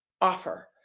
offer